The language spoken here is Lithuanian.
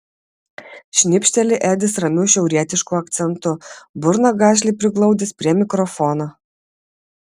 šnipšteli edis ramiu šiaurietišku akcentu burną gašliai priglaudęs prie mikrofono